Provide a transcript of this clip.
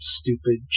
stupid